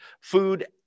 food